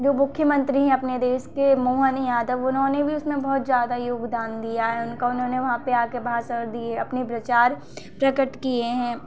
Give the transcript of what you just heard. जो मुख्यमंत्री है अपने देश के मोहन यादव उन्होंने भी उसमें बहुत ज़्यादा योगदान दिया है उनका उन्होंने वहां पे आके भाषण दिए अपने विचार प्रकट किए हैं